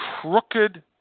crooked